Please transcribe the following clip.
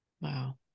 Wow